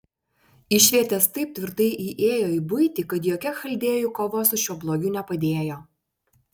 išvietės taip tvirtai įėjo į buitį kad jokia chaldėjų kova su šiuo blogiu nepadėjo